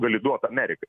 gali duoti amerikai